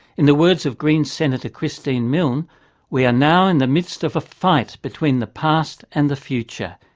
in the words of greens' senator christine milne we are now in the midst of a fight between the past and the future.